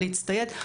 להצטייד.